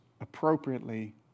appropriately